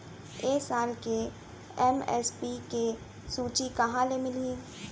ए साल के एम.एस.पी के सूची कहाँ ले मिलही?